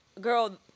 girl